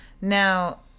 now